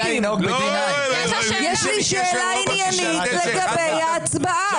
יש לי שאלה עניינית לגבי ההצבעה,